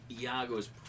Iago's